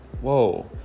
whoa